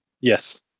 Yes